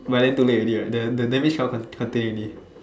but then too late already right the the damage cannot contain already